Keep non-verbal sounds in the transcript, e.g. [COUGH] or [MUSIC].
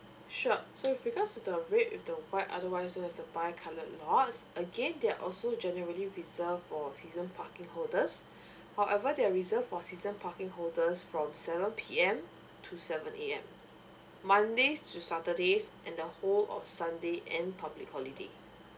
sure so with regards to the red with the white otherwise bi coloured lots again there are also generally reserved for season parking holders [BREATH] however they are reserved for season parking holders from seven P_M to seven A_M monday to saturday and the whole of sunday and public holiday